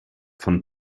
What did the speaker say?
von